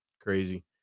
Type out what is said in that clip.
Crazy